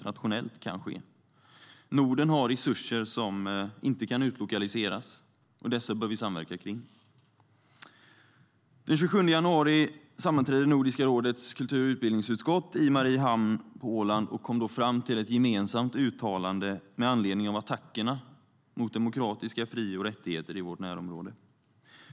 Norden har resurser som inte kan utlokaliseras, och dessa bör vi samverka kring. Den 27 januari sammanträdde Nordiska rådets kultur och utbildningsutskott i Mariehamn på Åland. Vi kom då fram till ett gemensamt uttalande med anledning av attackerna mot demokratiska fri och rättigheter i vårt närområde.